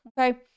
Okay